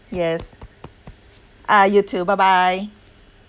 yes ah you too bye bye